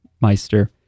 Meister